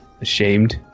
ashamed